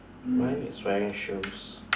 mine is wearing shoes